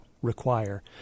require